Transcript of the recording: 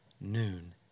noon